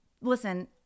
Listen